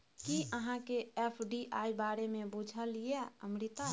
कि अहाँकेँ एफ.डी.आई बारे मे बुझल यै अमृता?